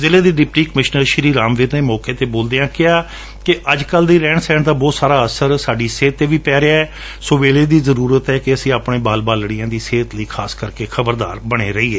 ਜਿਲ੍ਹੇ ਦੇ deputy commissioner Shri Ramvir ਨੇ ਮੌਕੇ ਤੇ ਬੋਲਦਿਆਂ ਕਿਹਾ ਕਿ ਅੱਜਕੱਲ ਦੇ ਰਹਿਣ ਸਹਿਣ ਦਾ ਬਹੁਤ ਸਾਰਾ ਅਸਰ ਸਾਡੀ ਸਿਹਤ ਤੇ ਵੀ ਪੈ ਰਿਹੈ ਸੋ ਵੇਲੇ ਦੀ ਜਰੁਰਤ ਹੈ ਕਿ ਅਸੀਂ ਅਪਾਣੇ ਬਾਲ ਬਲਡਿਆਂ ਦੀ ਸੇਹਤ ਲਈ ਖਾਸ ਕਰਕੇ ਖਬਰਦਾਰ ਬਣੇ ਰਹਿਣ